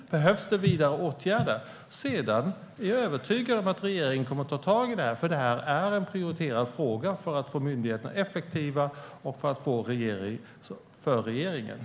Behövs det vidare åtgärder? Sedan kommer regeringen att ta tag i det här. Det är jag övertygad om, för det är en prioriterad fråga för regeringen att göra myndigheterna effektiva.